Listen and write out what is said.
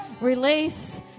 release